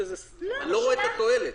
אני לא רואה את התועלת.